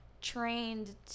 trained